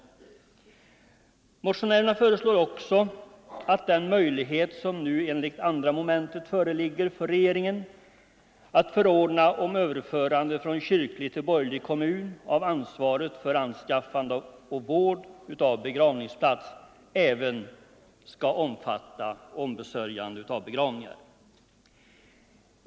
Motionärerna föreslår också att den möjlighet som nu enligt 2 mom. föreligger för regeringen, att förordna om överförande från kyrklig till borgerlig kommun av ansvaret för anskaffande och vård av begravningsplats, även skall omfatta ombesörjande av begravningar.